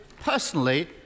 personally